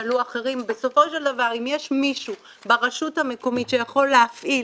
בסופו של דבר אם יש מישהו ברשות המקומית שיכול להפעיל